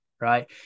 Right